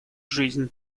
жизнь